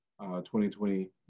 2020